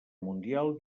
mundial